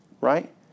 right